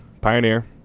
Pioneer